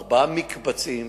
ארבעה מקבצים